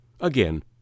Again